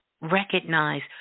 Recognize